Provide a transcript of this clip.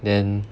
then